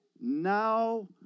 now